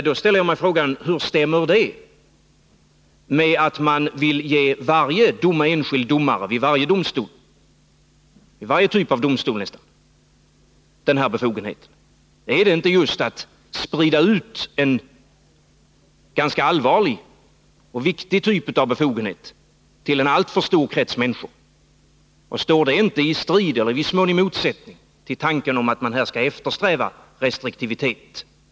Då ställer jag frågan: Hur stämmer detta med att man vill ge varje enskild domare vid nästan varje typ av domstol denna befogenhet? Är det inte allvarligt att sprida ut en viktig typ av befogenhet till en alltför stor krets av människor? Och står det inte i strid med eller i viss mån i motsättning till tanken, att man skall eftersträva restriktivitet?